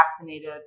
vaccinated